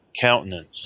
countenance